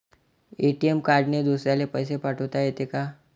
ATM कार्डने दुसऱ्याले पैसे पाठोता येते का?